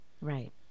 right